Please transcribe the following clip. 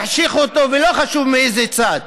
ולא חשוב מאיזה צד.